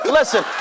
Listen